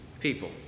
people